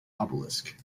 obelisk